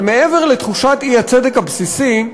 אבל מעבר לתחושת האי-צדק הבסיסית,